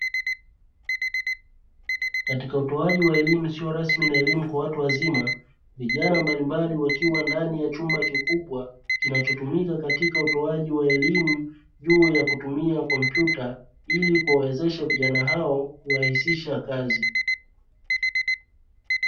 Katika utoaji wa elimu usio rasmi na elimu kwa watu wa wazima vijana mbalimbali wakiwa ndani ya chumba kikubwa kinachotumika katika utoaji wa elimu juu ya kutumia kompyuta ili kuwawezesha vijana hao kurahisisha kazi.